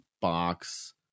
box